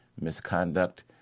misconduct